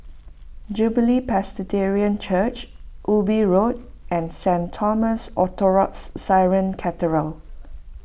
Jubilee Presbyterian Church Ubi Road and Saint Thomas Orthodox Syrian Cathedral